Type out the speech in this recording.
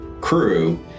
crew